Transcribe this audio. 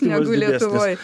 negu lietuvoj